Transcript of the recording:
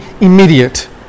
immediate